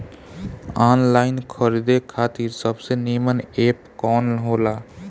Online खरीदे खातिर सबसे नीमन एप कवन हो ला?